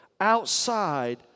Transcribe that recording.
outside